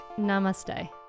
Namaste